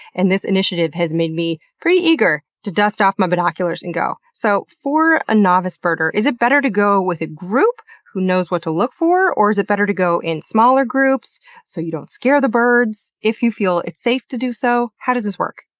and this initiative has made me pretty eager to dust off my binoculars and go. so, for a novice birder, is it better to go with a group who knows what to look for, or is it better to go in smaller groups so you don't scare the birds if you feel it's safe to do so? how does this work?